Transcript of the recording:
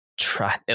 try